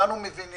אני מדבר